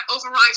override